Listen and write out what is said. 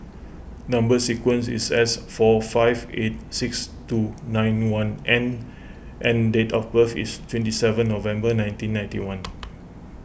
Number Sequence is S four five eight six two nine one N and date of birth is twenty seven November nineteen ninety one